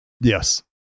Yes